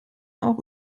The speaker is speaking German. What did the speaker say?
auch